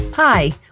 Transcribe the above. Hi